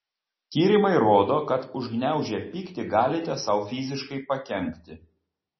tyrimai rodo kad užgniaužę pyktį galite sau fiziškai pakenkti